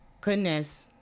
goodness